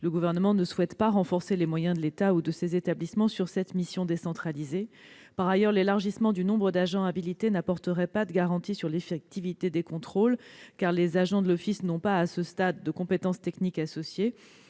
Le Gouvernement ne souhaite pas renforcer les moyens de l'État ou de ses établissements sur cette mission décentralisée. Par ailleurs, l'élargissement du nombre d'agents habilités n'apporterait pas de garantie quant à l'effectivité des contrôles, car les agents de l'office ne disposent pas, à ce stade, de compétences techniques associées.